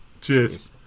Cheers